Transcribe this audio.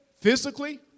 physically